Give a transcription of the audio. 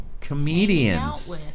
comedians